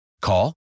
Call